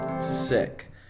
Sick